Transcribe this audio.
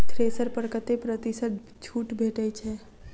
Thresher पर कतै प्रतिशत छूट भेटय छै?